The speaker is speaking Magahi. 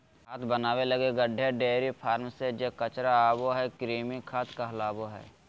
खाद बनाबे लगी गड्डे, डेयरी फार्म से जे कचरा आबो हइ, कृमि खाद कहलाबो हइ